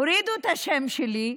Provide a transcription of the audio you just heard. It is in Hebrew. הורידו את השם שלי,